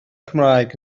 cymraeg